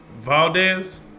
Valdez